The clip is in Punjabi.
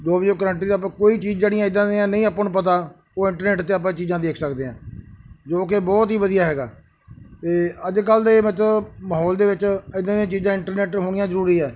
ਜੋ ਵੀ ਉਹ ਕਰੰਟੀ ਦਾ ਆਪਾਂ ਕੋਈ ਚੀਜ਼ ਜਿਹੜੀਆਂ ਇੱਦਾਂ ਦੀਆਂ ਨਹੀਂ ਆਪਾਂ ਨੂੰ ਪਤਾ ਉਹ ਇੰਟਰਨੈਟ 'ਤੇ ਆਪਾਂ ਚੀਜ਼ਾਂ ਦੇਖ ਸਕਦੇ ਹਾਂ ਜੋ ਕਿ ਬਹੁਤ ਹੀ ਵਧੀਆ ਹੈਗਾ ਅਤੇ ਅੱਜ ਕੱਲ੍ਹ ਦੇ ਮਤਲਬ ਮਾਹੌਲ ਦੇ ਵਿੱਚ ਇੱਦਾਂ ਦੀਆਂ ਚੀਜ਼ਾਂ ਇੰਟਰਨੈਟ ਹੋਣੀਆਂ ਜ਼ਰੂਰੀ ਆ